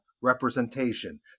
representation